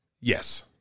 Yes